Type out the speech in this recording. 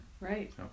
Right